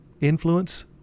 influence